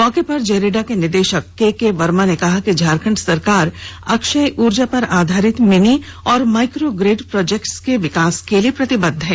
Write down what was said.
मौके पर जेरेडा के निदेशक केके वर्मा ने कहा कि झारखंड सरकार अक्षय ऊर्जा पर आधारित मिनी और माइक्रो ग्रिड प्रोजेक्ट्स के विकास के लिए प्रतिबद्ध है